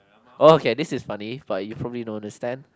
okay this is funny but you probably don't understand